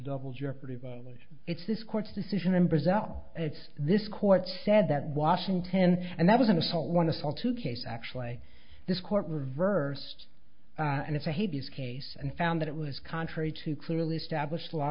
double jeopardy violation it's this court's decision in brazil it's this court said that washington and that was an assault wonderful two case actually this court reversed and it's a hideous case and found that it was contrary to clearly established law